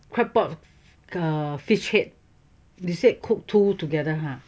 claypot err fish head err you said cook two together ha